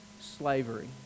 slavery